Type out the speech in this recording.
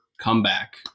comeback